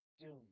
doom